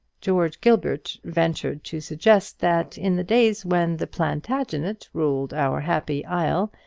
george gilbert ventured to suggest that in the days when the plantagenet ruled our happy isle,